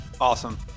Awesome